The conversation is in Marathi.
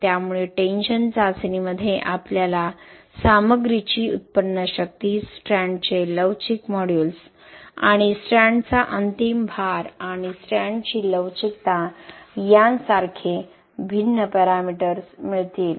त्यामुळे टेंशन चाचणीमध्ये आपल्याला सामग्रीची उत्पन्न शक्ती स्ट्रँडचे लवचिक मॉड्यूलस आणि स्ट्रँडचा अंतिम भार आणि स्ट्रँडची लवचिकता यासारखे भिन्न पॅरामीटर्स मिळतील